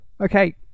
Okay